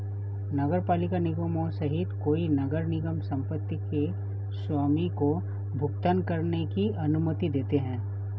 नगरपालिका निगमों सहित कई नगर निगम संपत्ति के स्वामी को भुगतान करने की अनुमति देते हैं